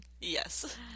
Yes